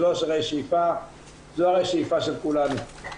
זו השאיפה של כולנו.